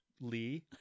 Lee